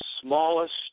smallest